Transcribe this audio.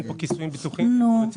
אין פה כיסויים ביטוחיים לפי הרציפות,